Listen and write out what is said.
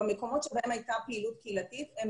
במקומות שבהם הייתה פעילות קהילתית הם